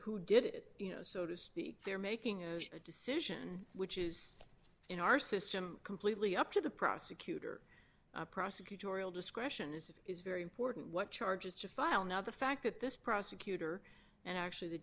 who did it you know so to speak they're making a decision which is in our system completely up to the prosecutor prosecutorial discretion is is very important what charges to file now the fact that this prosecutor and actually the